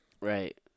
Right